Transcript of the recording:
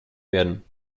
werden